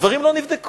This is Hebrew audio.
הדברים לא נבדקו.